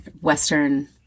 Western